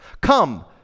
Come